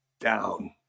down